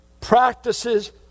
practices